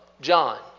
John